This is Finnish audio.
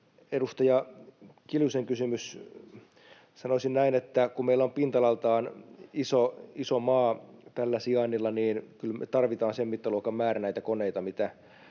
Edustaja Kiljusen kysymys: Sanoisin näin, että kun meillä on pinta-alaltaan iso maa tällä sijainnilla, niin kyllä me tarvitaan sen mittaluokan määrä näitä koneita, mitä